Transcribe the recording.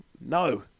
No